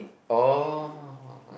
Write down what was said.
oh